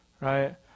Right